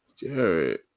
Jared